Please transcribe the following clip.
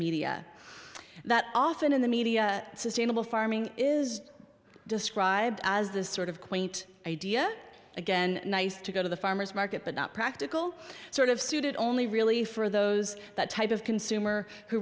media that often in the media sustainable farming is described as this sort of quaint idea again nice to go to the farmer's market but not practical sort of suited only really for those that type of consumer who